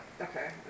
okay